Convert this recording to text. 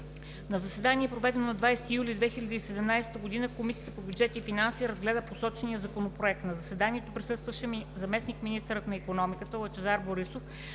На заседание, проведено на 20 юли 2017 г., Комисията по бюджет и финанси разгледа посочения Законопроект. На заседанието присъстваше заместник-министърът на икономиката Лъчезар Борисов,